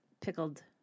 pickled